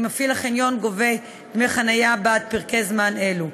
אם מפעיל החניון גובה דמי חניה בעד פרקי זמן אלו.